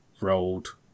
rolled